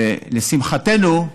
לשמחתנו,